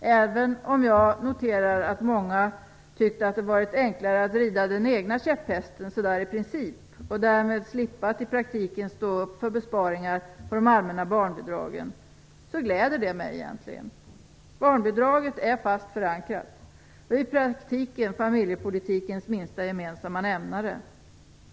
Att jag kan notera att många tyckt att det varit enklare att rida den egna käpphästen så där i princip, och därmed slippa att i praktiken stå upp för besparingar på de allmänna barnbidragen, gläder det mig egentligen. Barnbidraget är fast förankrat. Det är i praktiken familjepolitikens minsta gemensamma nämnare.